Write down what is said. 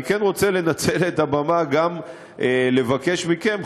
אני רוצה לנצל את הבמה גם לבקש מכם,